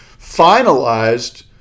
finalized